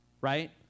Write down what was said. right